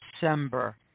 December